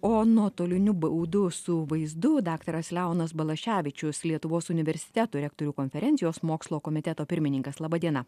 o nuotoliniu būdu su vaizdu daktaras leonas balaševičius lietuvos universitetų rektorių konferencijos mokslo komiteto pirmininkas laba diena